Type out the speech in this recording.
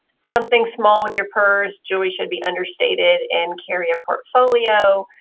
something small with your purse. jewelry should be understated and carry a portfolio.